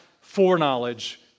foreknowledge